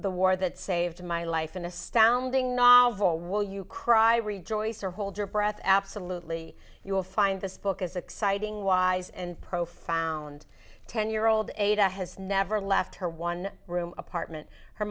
the war that saved my life an astounding novel will you cry rejoice or hold your breath absolutely you will find this book is exciting wise and profound ten year old ada has never left her one room apartment her